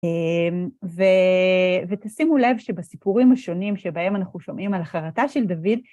ותשימו לב שבסיפורים השונים שבהם אנחנו שומעים על החרטה של דוד,